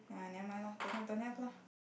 ya nevermind lah don't have don't have lah